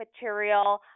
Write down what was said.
material